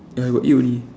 ya I got eight only